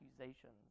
accusations